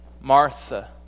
Martha